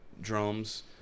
drums